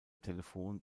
telefon